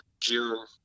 June